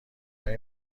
کمی